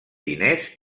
diners